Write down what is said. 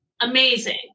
Amazing